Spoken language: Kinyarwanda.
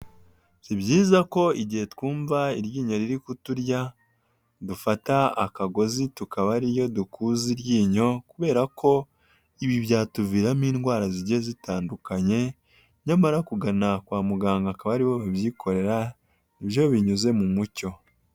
Si byiza ko igihe twumva iryinyo riri kuturya dufata akagozi tukaba ariyo dukuza iryinyo kubera ko ibi byatuviramo indwara zigiye zitandukanye, nyamara kugana kwa muganga akaba aribo babyikorera byo binyuze mu mucyo.